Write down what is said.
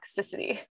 toxicity